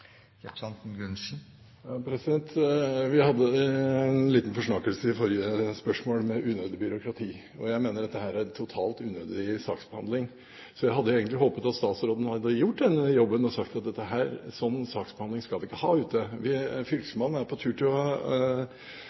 Vi hadde en liten forsnakkelse i forrige spørsmål om unødig byråkrati. Jeg mener dette er en totalt unødig saksbehandling. Jeg hadde egentlig håpet at statsråden hadde gjort denne jobben og sagt at en slik saksbehandling skal vi ikke ha ute. Fylkesmannen er på